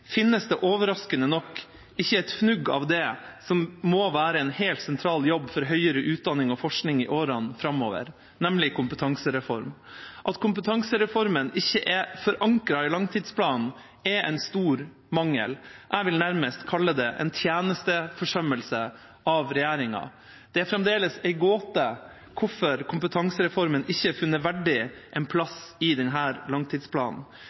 finnes det overraskende nok ikke et fnugg av det som må være en helt sentral jobb for høyere utdanning og forskning i årene framover, nemlig kompetansereform. At kompetansereformen ikke er forankret i langtidsplanen, er en stor mangel. Jeg vil nærmest kalle det en tjenesteforsømmelse av regjeringa. Det er fremdeles en gåte hvorfor kompetansereformen ikke er funnet verdig en plass i denne langtidsplanen.